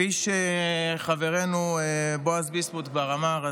כפי שחברנו בועז ביסמוט כבר אמר,